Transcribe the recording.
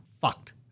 fucked